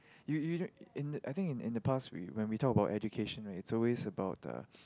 you you know in the I think in in the past we when we talk about education right it's always about uh